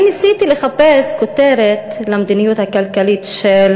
אני ניסיתי לחפש כותרת למדיניות הכלכלית של